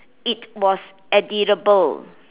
it was edible